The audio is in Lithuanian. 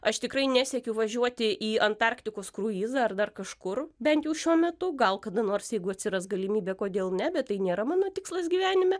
aš tikrai nesiekiu važiuoti į antarktikos kruizą ar dar kažkur bent jau šiuo metu gal kada nors jeigu atsiras galimybė kodėl ne bet tai nėra mano tikslas gyvenime